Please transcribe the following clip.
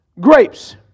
grapes